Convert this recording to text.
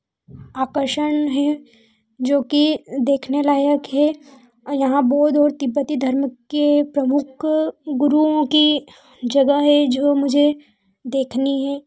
आकर्षण हैं जो कि देखने लायक है यहाँ बोध और तिब्बते धर्म के प्रमुख गुरुओं की जगह है जो मुझे देखनी हैं